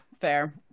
fair